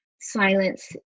silence